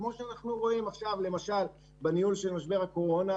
כמו שאנחנו רואים במשבר של ניהול הקורונה,